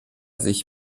sich